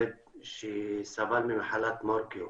שסבל ממחלת מורקיו,